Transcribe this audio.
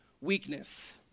weakness